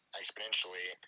exponentially